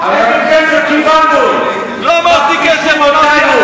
זה פחדנות, צריך לעמוד על העקרונות.